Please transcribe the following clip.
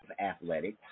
athletics